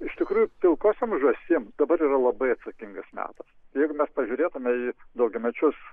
iš tikrųjų pilkosiom žąsim dabar yra labai atsakingas metas jeigu mes pažiūrėtume į daugiamečius